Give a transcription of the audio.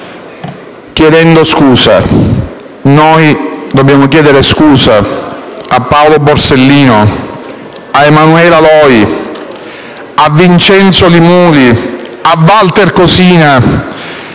chiedendo scusa. Dobbiamo chiedere scusa a Paolo Borsellino, a Emanuela Loi, a Vincenzo Li Muli, a Walter Cosina,